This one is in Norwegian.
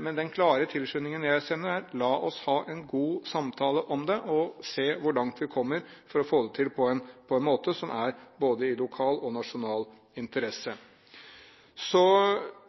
men den klare tilskynding jeg sender er: La oss ha en god samtale om det for å se hvor langt vi kommer for å få det til på en måte som er av både lokal og nasjonal interesse.